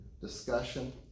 discussion